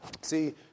See